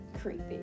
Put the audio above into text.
creepy